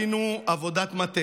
במשך חצי שנה עשינו עבודת מטה,